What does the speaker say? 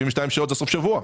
72 שעות זה סוף שבוע.